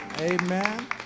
amen